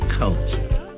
culture